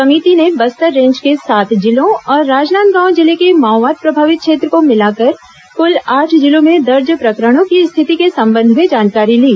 समिति ने बस्तर रेंज के सात जिलों और राजनांदगांव जिले के माओवाद प्रभावित क्षेत्र को मिलाकर क्ल आठ जिलों में दर्ज प्रकरणों की स्थिति के संबंध में जानकारी ली